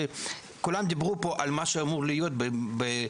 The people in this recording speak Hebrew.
כולם דיברו פה על מה שאמור להיות בחלומות